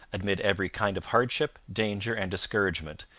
amid every kind of hardship, danger, and discouragement,